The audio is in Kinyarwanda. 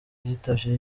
yitavye